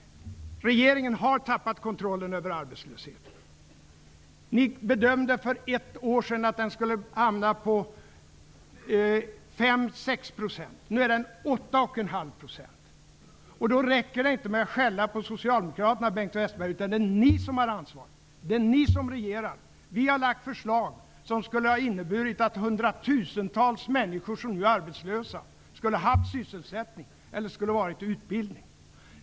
Regeringen har tappat kontrollen över arbetslösheten. För ett år sedan bedömde ni att den skulle hamna på 5--6 %. Nu är den omkring 8,5 %. Då räcker det inte med att skälla på Socialdemokraterna, Bengt Westerberg, utan det är ni som har ansvaret -- det är ni som regerar. Vi har lagt fram förslag som skulle ha inneburit att hundratusentals människor som nu är arbetslösa hade haft sysselsättning eller skulle ha befunnit sig i utbildning.